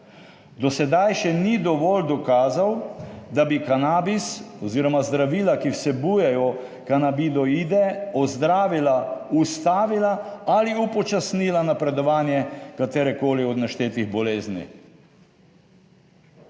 do sedaj še ni dovolj dokazov, da bi kanabis oziroma zdravila, ki vsebujejo kanabinoide ozdravila, ustavila ali upočasnila napredovanje katerekoli od naštetih bolezni."